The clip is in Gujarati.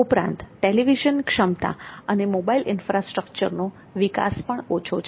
ઉપરાંત ટેલીવીઝન ક્ષમતા અને મોબાઈલ ઈન્ફ્રાસ્ટ્રક્ચરનો વિકાસ પણ ઓછો છે